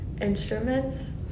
instruments